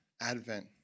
Advent